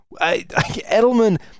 Edelman